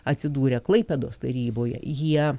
atsidūrė klaipėdos taryboje jie